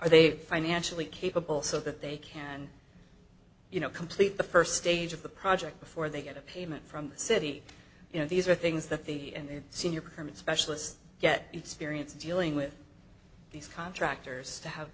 are they financially capable so that they can you know complete the st stage of the project before they get a payment from the city you know these are things that the and the senior permit specialist get experience dealing with these contractors to have